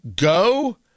go